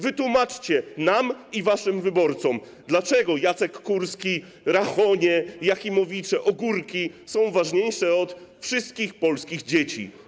Wytłumaczcie nam i waszym wyborcom, dlaczego Jacek Kurski, Rachonie, Jakimowicze, Ogórki są ważniejsi od wszystkich polskich dzieci.